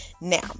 now